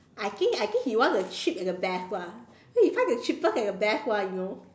I think I think he want the cheap and the best lah no you can't have the cheapest and the best one you know